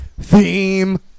theme